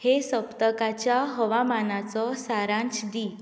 हे सप्तकाच्या हवामानाचो सारांश दी